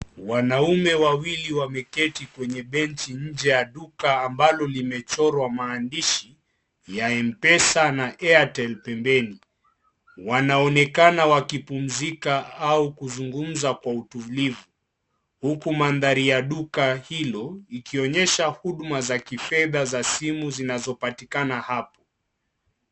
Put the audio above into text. Wanaume wawili wameketi kwenye benchi nje ya duka ambalo limechorwa maandishi ya M-pesa na Airtel pembeni. Wanaonekana wakipunzika au kuzungumza kwa utulivu huku mandhari ya duka hilo ikionyesha huduma za kifedha za simu zinazopatikana hapa.